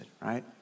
Right